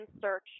search